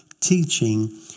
teaching